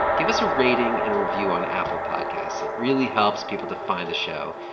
give us a rating and a review on apple podcasts. it really helps people to find the show.